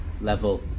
level